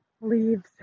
leaves